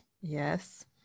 yes